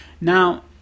Now